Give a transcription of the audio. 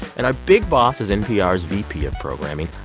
and our big boss is npr's vp of programming,